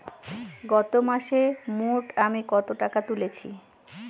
গত মাসে মোট আমি কত টাকা তুলেছি?